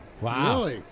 Wow